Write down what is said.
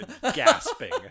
gasping